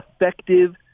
effective